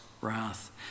wrath